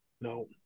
No